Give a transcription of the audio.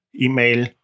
email